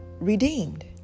redeemed